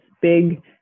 big